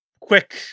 Quick